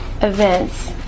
events